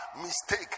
mistake